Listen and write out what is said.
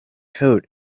coat